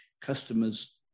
customers